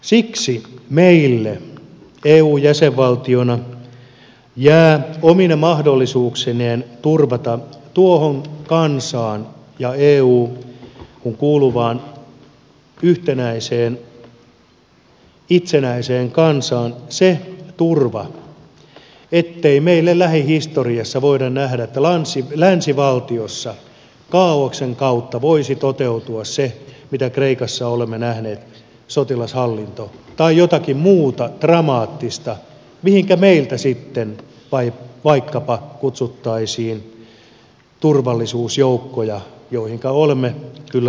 siksi meille eu jäsenvaltiona jää omine mahdollisuuksineen turvata tuohon kansaan ja euhun kuuluvaan yhtenäiseen itsenäiseen kansaan se turva ettei meille lähihistoriassa voida nähdä että länsivaltiossa kaaoksen kautta voisi toteutua se mitä kreikassa olemme nähneet sotilashallinto tai jotakin muuta dramaattista mihinkä meiltä sitten vaikkapa kutsuttaisiin turvallisuusjoukkoja joihinka olemme kyllä rakentuneetkin